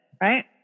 Right